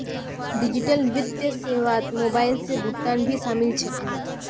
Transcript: digital वित्तीय सेवात mobile से भुगतान भी शामिल छे